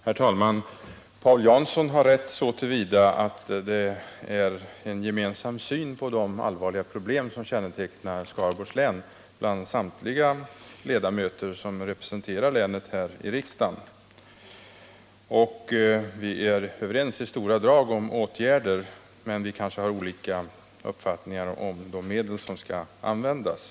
Herr talman! Paul Jansson har rätt så till vida att samtliga ledamöter som representerar länet här i riksdagen har en gemensam syn på de allvarliga problemen i Skaraborgs län. I stora drag är vi överens om åtgärderna, men vi har kanske olika uppfattningar om de medel som skall användas.